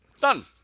Done